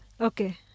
okay